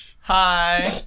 Hi